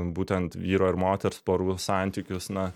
būtent vyro ir moters porų santykius na